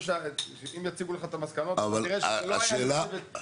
אם יציגו לך את המסקנות אתה תראה שזה לא היה דווקא.